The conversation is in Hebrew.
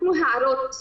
נתנו הערות,